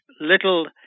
little